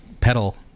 pedal